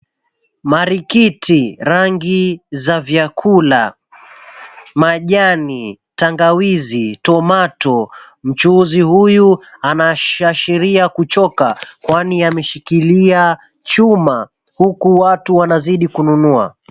Marikiti, rangi za vyakula, majani, tangawizi, tomato , mchuuzi huyu anaashiria kuchoka kwani ameshikilia chuma huku watu wanazidi kununua.